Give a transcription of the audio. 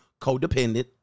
codependent